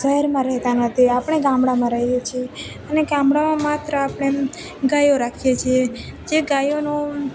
શહેરમાં રહેતા નથી આપણે ગામડાંમાં રહીએ છીએ અને ગામડાંમાં માત્ર આપડે એમ ગાયો રાખીએ છીએ જે ગાયોનું